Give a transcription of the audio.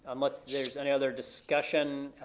unless there's any other discussion,